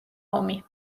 ომი